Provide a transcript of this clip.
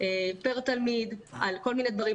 פר תלמיד, על כל מיני דברים.